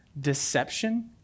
deception